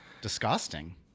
disgusting